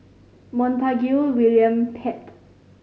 Montague William Pett